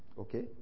Okay